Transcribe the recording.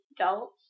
adults